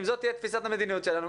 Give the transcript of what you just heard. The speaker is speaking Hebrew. אם זו תפיסת המדיניות שלנו,